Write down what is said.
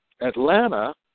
Atlanta